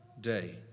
day